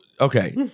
okay